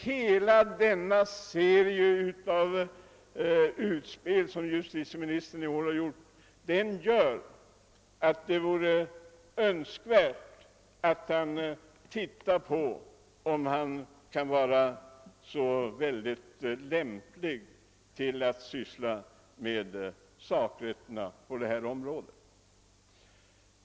Hela den serie av utspel som justitieministern i år har gjort gör det önskvärt att han betänker, om han kan vara så synnerligen lämplig att syssla med sakrätten på detta område.